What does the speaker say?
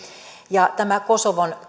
tässä kosovon